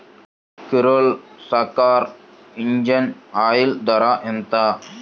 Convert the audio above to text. Kirloskar engine oil ధర ఎంత?